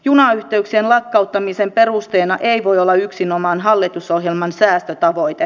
junayhteyksien lakkauttamisen perusteena ei voi olla yksinomaan hallitusohjelman säästötavoite